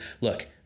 look